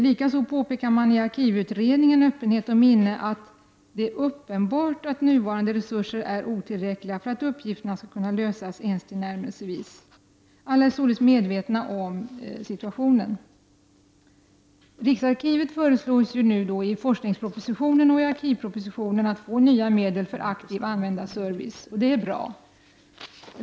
I ar kivutredningen Öppenhet och minne påpekar man likaså att ”det är uppenbart att nuvarande resurser är otillräckliga för att uppgifterna skall kunna lösas ens tillnärmelsevis”. Alla är således medvetna om situationen. Riksarkivet föreslås i forskningspropositionen och i arkivpropositionen få nya medel för aktiv användarservice. Det är bra.